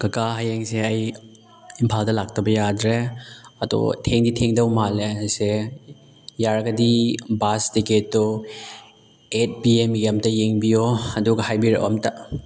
ꯀꯀꯥ ꯑꯩ ꯍꯌꯦꯡꯁꯦ ꯏꯝꯐꯥꯜꯗ ꯂꯥꯛꯇꯕ ꯌꯥꯗ꯭ꯔꯦ ꯑꯗꯣ ꯊꯦꯡꯗꯤ ꯊꯦꯡꯗꯧ ꯃꯥꯜꯂꯦ ꯑꯩꯁꯦ ꯌꯥꯔꯒꯗꯤ ꯕꯁ ꯇꯤꯛꯀꯦꯠꯇꯣ ꯑꯩꯠ ꯄꯤ ꯑꯦꯝꯒꯤ ꯑꯝꯇ ꯌꯦꯡꯕꯤꯌꯣ ꯑꯗꯨꯒ ꯍꯥꯏꯕꯤꯔꯛꯑꯣ ꯑꯝꯇ